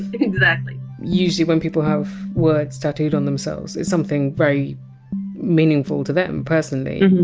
exactly. usually when people have words tattooed on themselves, it's something very meaningful to them personally.